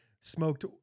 smoked